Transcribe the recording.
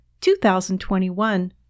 2021